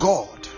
God